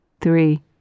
three